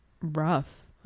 rough